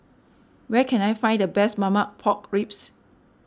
where can I find the best Marmite Pork Ribs